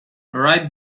right